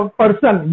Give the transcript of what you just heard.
person